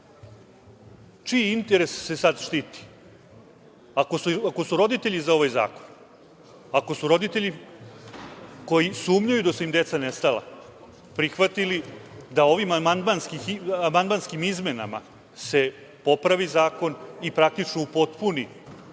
čiji interes se sada štiti. Ako su roditelji za ovaj zakon, ako su roditelji koji sumnjaju da su im deca nestala, prihvatili da ovim amandmanskim izmenama se popravi zakon i praktično upotpuni ovo